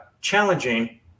challenging